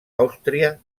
àustria